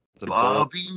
Bobby